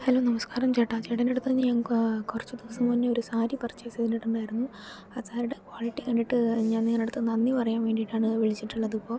hello നമസ്കാരം ചേട്ടാ ചേട്ടൻ്റെ അടുത്ത് നിന്ന് ഞങ്ങൾക്ക് ഒരു കുറച്ച് ദിവസം മുന്നേ ഒരു സാരി പർച്ചെയ്സ് ചെയ്തിട്ടുണ്ടായിരുന്നു ആ സാരിയുടെ ക്വാളിറ്റി കണ്ടിട്ട് ഞാൻ നിങ്ങളുടെ അടുത്ത് നന്ദി പറയാൻ വേണ്ടീട്ടാണ് വിളിച്ചിട്ടുള്ളത് ഇപ്പോൾ